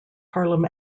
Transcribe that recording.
harlem